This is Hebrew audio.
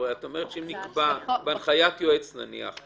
אבל את אומרת שאם נקבע בהנחיית יועץ נניח,